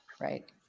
Right